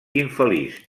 infeliç